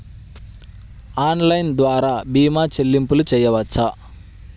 Online ద్వార భీమా చెల్లింపులు చేయవచ్చా?